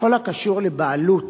בכל הקשור לבעלות,